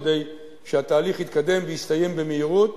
כדי שהתהליך יתקדם ויסתיים במהירות